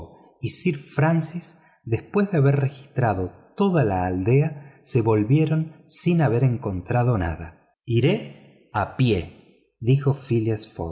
y sir francis después de haber registrado toda la aldea se volvieron sin haber encontrado nada iré a pie dijo phileas